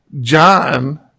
John